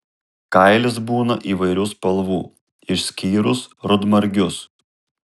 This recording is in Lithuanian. kailis būna įvairių spalvų išskyrus rudmargius